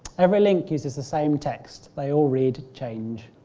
every link using the same text, they all read change,